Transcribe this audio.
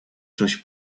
czymś